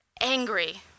angry